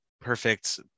perfect